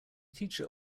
teacher